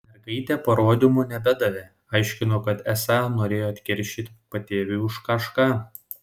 mergaitė parodymų nebedavė aiškino kad esą norėjo atkeršyti patėviui už kažką